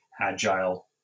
agile